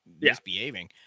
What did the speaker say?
misbehaving